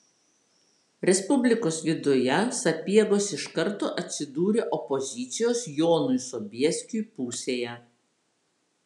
respublikos viduje sapiegos iš karto atsidūrė opozicijos jonui sobieskiui pusėje